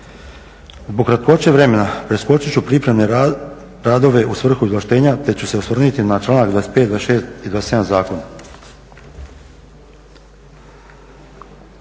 kratkoće vremena preskočit ću … radove u svrhu izvlaštenja te ću se osvrnuti na članak 25., 26. i 27. zakona.